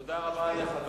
תודה רבה לחבר